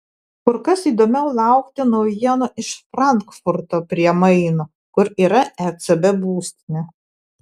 kur kas įdomiau laukti naujienų iš frankfurto prie maino kur yra ecb būstinė